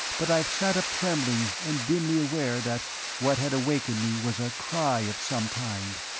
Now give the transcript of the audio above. but i have sat up trembling and dimly aware that what had awakened me was a cry of some kind.